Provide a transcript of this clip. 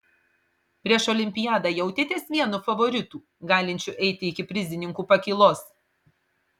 prieš olimpiadą jautėtės vienu favoritų galinčiu eiti iki prizininkų pakylos